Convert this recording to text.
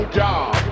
job